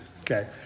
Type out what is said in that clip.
Okay